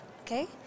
okay